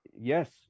Yes